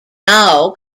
now